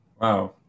Wow